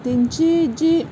तांची जी